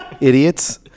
Idiots